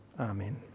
Amen